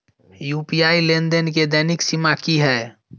UPI लेनदेन केँ दैनिक सीमा की है?